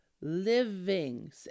living